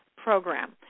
program